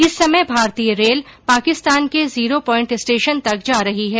इस समय भारतीय रेल पाकिस्तान के जीरो पोईन्ट स्टेशन तक जा रही है